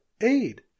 aid